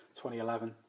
2011